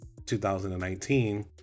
2019